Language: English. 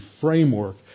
framework